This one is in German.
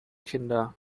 kinder